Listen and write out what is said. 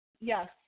yes